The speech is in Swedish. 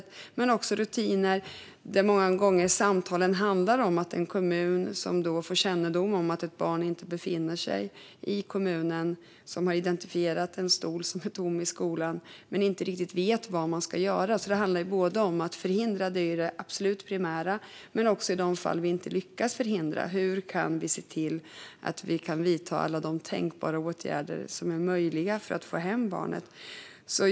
Det handlar också om rutiner och samtal om vad som ska hända när en kommun får kännedom om att ett barn inte befinner sig i kommunen, där man har identifierat en stol som står tom i skolan, och inte riktigt vet vad man ska göra. Det handlar alltså både om att förhindra, vilket är det absolut primära, och om de fall som vi inte lyckas förhindra. Hur kan vi se till att vidta alla tänkbara och möjliga åtgärder för att få hem barnet?